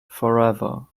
forever